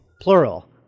plural